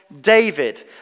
David